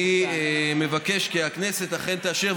אני מבקש כי הכנסת אכן תאשר.